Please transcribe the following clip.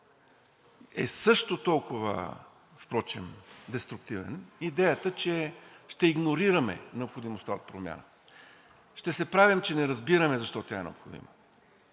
е също толкова деструктивен – идеята, че ще игнорираме необходимостта от промяна. Ще се правим, че не разбираме защо тя е необходима.